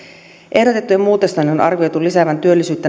ehdotettujen muutosten on arvioitu lisäävän työllisyyttä